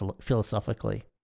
philosophically